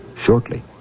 shortly